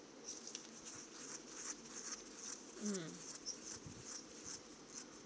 mm